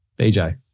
BJ